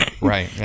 Right